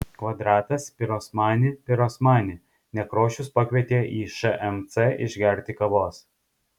kvadratas pirosmani pirosmani nekrošius pakvietė į šmc išgerti kavos